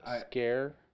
scare